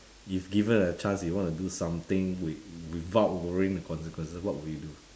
if given the chance you want to do something with~ without worrying the consequences what will you do